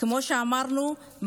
כמו שאמרנו,